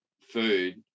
food